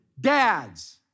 Dads